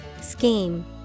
Scheme